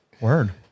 word